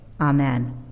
Amen